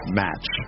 match